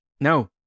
No